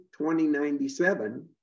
2097